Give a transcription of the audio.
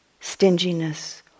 stinginess